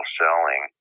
selling